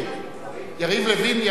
יריב לוין.